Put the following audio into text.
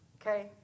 okay